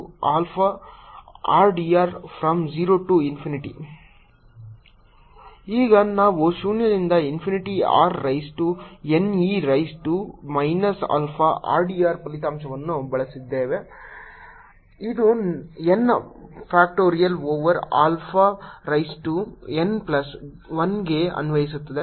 Vr4π04π01r23 2r2e αr r2e αr 23e αr0023 2r2e αr r2e αr 23e αr W004πr2dr0e αr1r23 2r2e αr r2e αr 23e αr4π02002re αr3 2r22e 2αr r3e 2αr 2r3e 2αrdr ಈಗ ನಾವು ಶೂನ್ಯದಿಂದ infinity r raise to n e raise to minus alpha r d r ಫಲಿತಾಂಶವನ್ನು ಬಳಸಲಿದ್ದೇವೆ ಇದು n factorial over alpha raise to n plus 1 ಗೆ ಅನ್ವಯಿಸುತ್ತದೆ